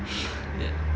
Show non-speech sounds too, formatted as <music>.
<noise> ya